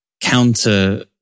counter